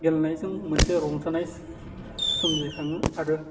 गेलेनायजों मोनसे रंजानाय सोमजिखाङो आरो